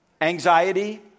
anxiety